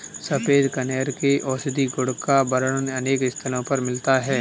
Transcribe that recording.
सफेद कनेर के औषधीय गुण का वर्णन अनेक स्थलों पर मिलता है